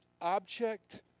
object